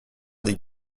des